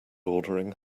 ordering